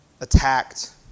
attacked